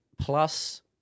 plus